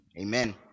Amen